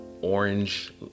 orange